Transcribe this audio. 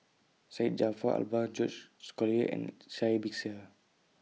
Syed Jaafar Albar George Collyer and Sai Bixia